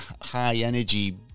high-energy